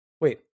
Wait